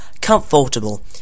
comfortable